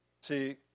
See